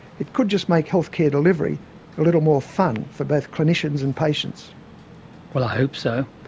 it could just make health care delivery a little more fun, for both clinicians and patients. well, i hope so.